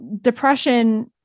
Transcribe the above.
depression